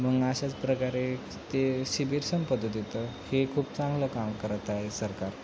मग अशाच प्रकारे ते शिबीर संपत तिथं हे खूप चांगलं काम करत आहे सरकार